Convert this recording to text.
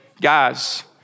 Guys